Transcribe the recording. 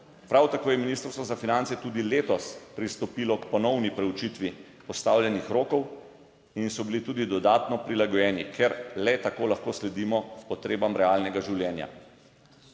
Prav tako je Ministrstvo za finance tudi letos pristopilo k ponovni preučitvi postavljenih rokov in so bili tudi dodatno prilagojeni, ker le tako lahko sledimo potrebam realnega življenja.